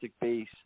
base